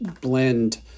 blend